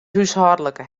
húshâldlike